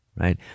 right